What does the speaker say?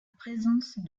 présence